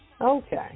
Okay